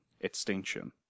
Extinction